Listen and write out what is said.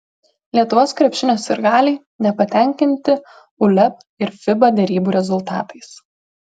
lietuvos krepšinio sirgaliai nepatenkinti uleb ir fiba derybų rezultatais